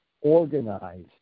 organized